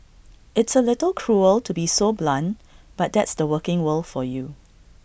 it's A little cruel to be so blunt but that's the working world for you